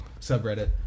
subreddit